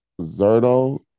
Zerto